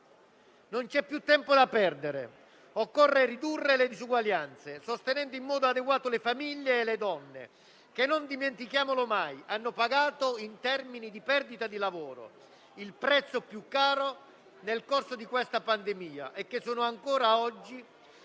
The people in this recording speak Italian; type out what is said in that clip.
Non c'è più tempo da perdere, occorre ridurre le disuguaglianze, sostenendo in modo adeguato le famiglie e le donne, che, non dimentichiamolo mai, hanno pagato, in termini di perdita di lavoro, il prezzo più caro nel corso di questa pandemia e che, ancora oggi,